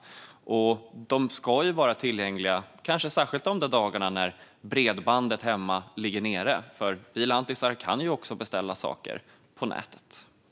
De ska ju vara tillgängliga kanske särskilt de dagar då bredbandet där hemma ligger nere, för vi lantisar kan ju också beställa saker på nätet.